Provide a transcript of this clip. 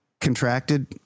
contracted